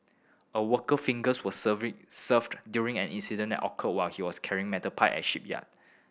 a worker fingers were severed served during an incident at occurred while he was carrying metal pipe at shipyard